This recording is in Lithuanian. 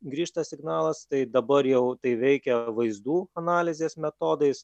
grįžta signalas tai dabar jau tai veikia vaizdų analizės metodais